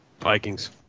Vikings